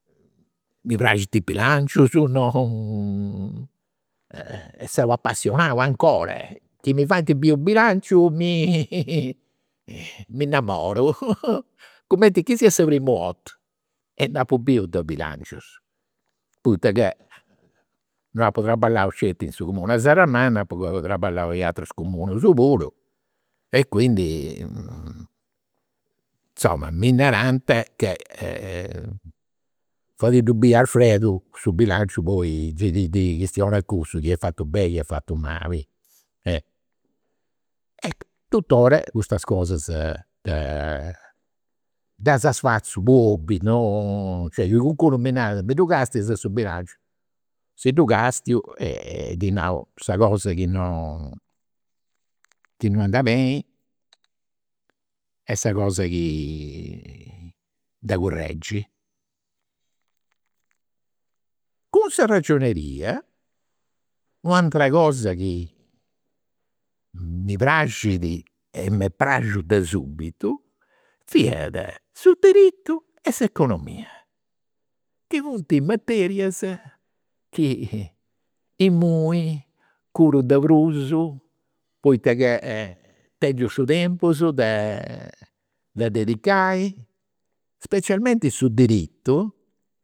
Mi praxint i' bilancius, non, seu apassionau 'ncora, chi mi faint biri u' bilanciu mi m'innamoru. Cumenti chi siat sa primu 'orta. E nd'apu biu de bilancius, poita ca non apu traballau sceti in su comunu de Serramanna, apu traballau in aterus comunus puru e quindi insoma mi narant ca, fadiddu biri a Alfredo su bilanciu poi gei ti ndi chistiona cussu chi est fatu beni o est fatu mali. E tutora custas cosas da ddas fatzu po hobbi, non, cioè chi calincunu mi narat, mi ddu castias su bilanciu, si ddu castiu e ddi nau sa cosa chi non chi non andat beni e sa cosa chi de. Cun sa ragioneria, u' atera cosa chi mi praxit e m'est praxiu de subitu, fiat su diritu e s'economia, chi funt materias curu de prus, poita ca tengiu su tempus de de dedicai. Specialmenti su diritu